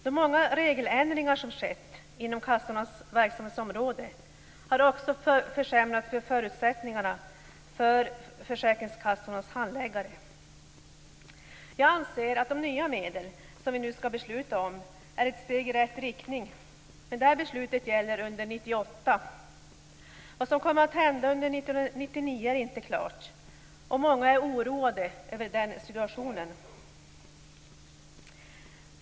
De många regeländringar som skett inom kassornas verksamhetsområde har också försämrat förutsättningarna för försäkringskassornas handläggare. Jag anser att de nya medel som vi nu skall besluta om är ett steg i rätt riktning. Men detta beslut gäller enbart under 1998. Vad som kommer att hända under 1999 är inte klart, och många är oroade över den situationen.